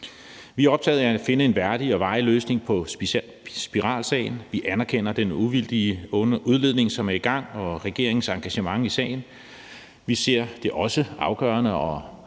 Vi er optaget af at finde en værdig og varig løsning på spiralsagen. Vi anerkender den uvildige udredning, som er i gang, og regeringens engagement i sagen. Vi ser det også som afgørende at